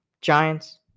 Giants